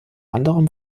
anderem